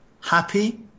happy